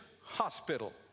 hospital